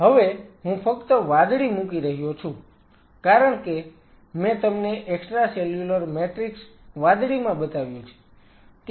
હવે હું ફક્ત વાદળી મૂકી રહ્યો છું કારણ કે મેં તમને એક્સ્ટ્રાસેલ્યુલર મેટ્રિક્સ વાદળીમાં બતાવ્યું છે